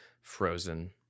frozen